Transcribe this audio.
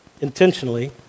intentionally